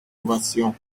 ovation